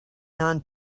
non